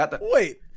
wait